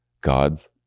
god's